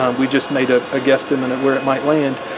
um we just made a ah guesstimate where it might land.